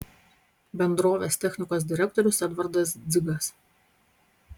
bendrovės technikos direktorius edvardas dzigas